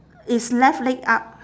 it's left leg up